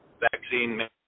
vaccine